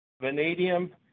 Vanadium